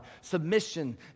submission